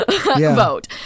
vote